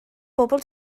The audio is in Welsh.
bobl